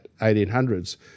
1800s